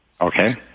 Okay